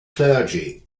clergy